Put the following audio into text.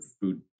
food